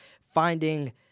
finding